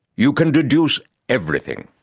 you can deduce everything.